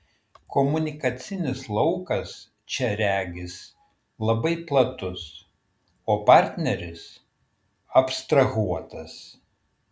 komunikacinis laukas čia regis labai platus o partneris abstrahuotas